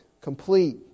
complete